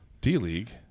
D-League